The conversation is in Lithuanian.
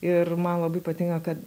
ir man labai patinka kad